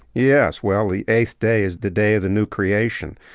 yes. well, the eighth day is the day of the new creation.